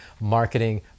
marketing